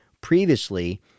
previously